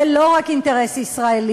זה לא רק אינטרס ישראלי.